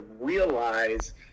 realize